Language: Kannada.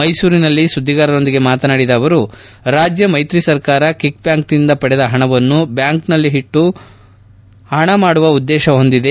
ಮೈಸೂರಿನಲ್ಲಿಂದು ಸುದ್ಗಿಗಾರರೊಂದಿಗೆ ಮಾತನಾಡಿದ ಅವರು ರಾಜ್ಯ ಮೈತ್ರಿ ಸರ್ಕಾರ ಕಿಕೆಬ್ಯಾಕ್ನಿಂದ ಪಡೆದ ಹಣವನ್ನ ಬ್ಯಾಂಕ್ನಲ್ಲಿ ಇಟ್ಟು ಹಣ ಮಾಡುವ ಉದ್ದೇಶ ಹೊಂದಿದೆ